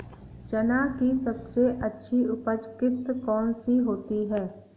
चना की सबसे अच्छी उपज किश्त कौन सी होती है?